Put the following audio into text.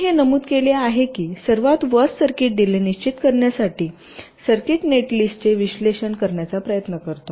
मी हे नमूद केले आहे की सर्वात वर्स्ट सर्किट डीले निश्चित करण्यासाठी सर्किट नेटलिस्टचे विश्लेषण करण्याचा प्रयत्न करतो